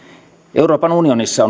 euroopan unionissa